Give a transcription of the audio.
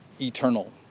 eternal